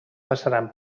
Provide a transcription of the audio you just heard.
passaran